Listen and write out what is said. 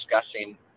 discussing